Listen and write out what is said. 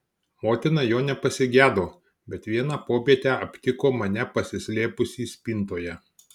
motina jo nepasigedo bet vieną popietę aptiko mane pasislėpusį spintoje